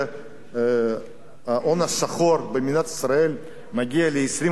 ההון השחור במדינת ישראל מגיע ל-25%.